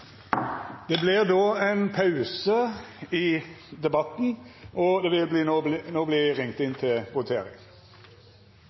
Det vert då ein pause i debatten, og det vil